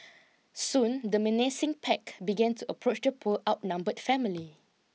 soon the menacing pack began to approach the poor outnumbered family